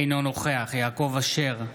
אינו נוכח יעקב אשר,